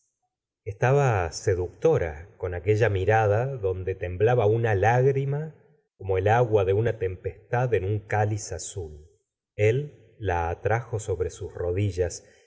estaba seductora con aquella mirada donde temblaba una lágrima como el agua de una tempestad gustavo flaubert en un cáliz azul ella atrajo sobre sus rodillas